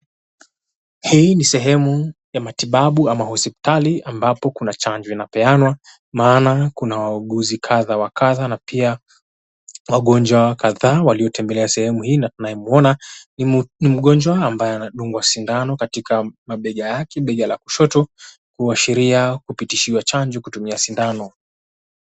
Hii ni sehemu ya matibabu ama hospitali ambapo kuna chanjo inapeanwa. Maana kuna wauguzi kadha wa kadha na pia wangonjwa kadhaa waliotembelea sehemu hii, na tunayemwona ni mgonjwa ambaye ana dungwa sindano katika mabega yake, bega la kushoto, kuashiria kupitishiwa chanjo kutumia sindano.